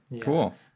cool